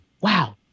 wow